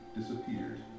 disappeared